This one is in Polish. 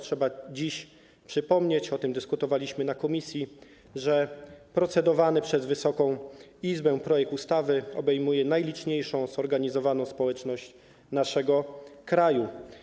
Trzeba dziś przypomnieć - o tym dyskutowaliśmy w komisji - że procedowany przez Wysoką Izbę projekt ustawy obejmuje najliczniejszą zorganizowaną społeczność naszego kraju.